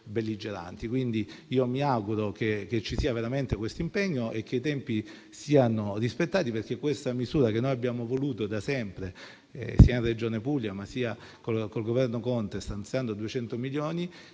belligeranti. Mi auguro che ci sia veramente questo impegno e che i tempi siano rispettati, perché questa misura - noi abbiamo voluto da sempre, in Regione Puglia e anche con il Governo Conte, stanziando 200 milioni